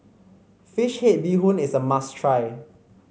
fish head Bee Hoon is a must try